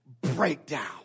breakdown